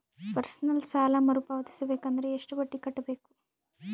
Personal ಸಾಲ ಮರು ಪಾವತಿಸಬೇಕಂದರ ಎಷ್ಟ ಬಡ್ಡಿ ಕಟ್ಟಬೇಕು?